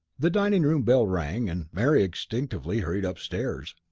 the dining-room bell rang, and mary instinctively hurried upstairs.